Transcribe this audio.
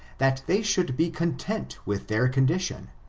that they should be content with their condition,